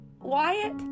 Wyatt